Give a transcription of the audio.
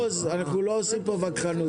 מעוז, אנחנו לא עושים פה וכחנות.